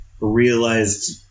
realized